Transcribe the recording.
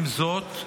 עם זאת,